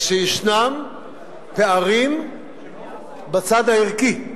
כשישנם פערים בצד הערכי,